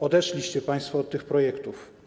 Odeszliście państwo od tych projektów.